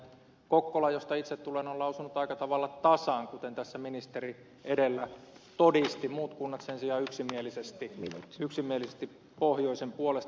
kokkola josta itse tulen on lausunut aika tavalla tasan kuten tässä ministeri edellä todisti muut kunnat sen sijaan yksimielisesti pohjoisen puolesta